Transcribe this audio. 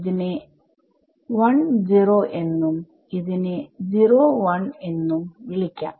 ഇതിനെ 10എന്നും ഇതിനെ 01 വിളിക്കാം